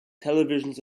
televisions